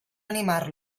animar